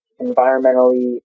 environmentally